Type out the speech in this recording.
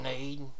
need